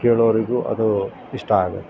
ಕೇಳುವವರಿಗೂ ಅದು ಇಷ್ಟ ಆಗುತ್ತೆ